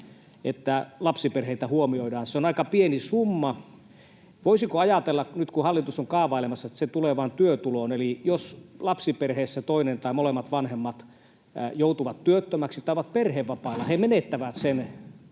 että lapsiperheitä huomioidaan, mutta se on aika pieni summa. Nyt kun hallitus on kaavailemassa, että se tulee vain työtuloon, eli jos lapsiperheessä toinen tai molemmat vanhemmat joutuvat työttömäksi tai ovat perhevapaalla ja he menettävät sen